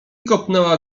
kopnęła